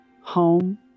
Home